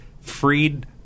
freed